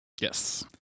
Yes